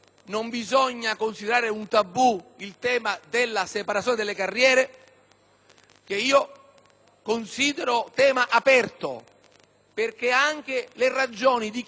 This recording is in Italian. che considero tema aperto; anche le ragioni di chi sostiene che una separazione delle funzioni ampia